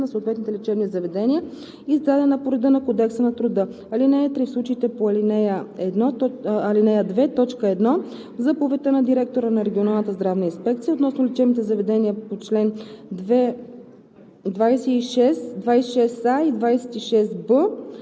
определен от съответната регионална здравна инспекция, със заповед на ръководителите на съответните лечебни заведения, издадена по реда на Кодекса на труда. (3) В случаите по ал. 2, т. 1 в заповедта на директора на регионалната здравна инспекция относно лечебните заведения по чл.